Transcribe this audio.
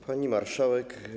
Pani Marszałek!